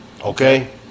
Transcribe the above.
Okay